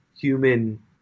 human